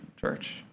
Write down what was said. church